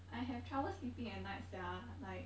I have trouble sleeping at night sia like